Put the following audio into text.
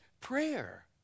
prayer